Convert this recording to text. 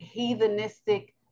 heathenistic